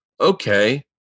okay